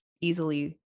easily